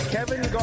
Kevin